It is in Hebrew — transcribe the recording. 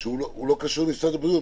שהוא לא קשור למשרד הבריאות,